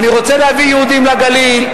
אני רוצה להביא יהודים לגליל,